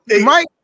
mike